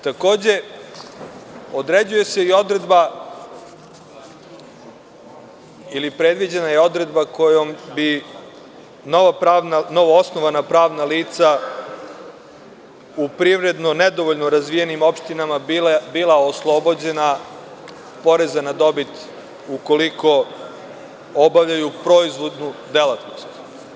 Takođe, određuje se i odredba ili predviđena je odredba kojom bi novoosnovana pravna lica u privredno nedovoljno razvijenim opštinama bila oslobođena poreza na dobit u koliko obavljaju proizvodnu delatnost.